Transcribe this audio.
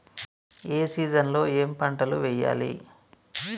ఏ season లో ఏం పంటలు వెయ్యాలి?